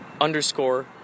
underscore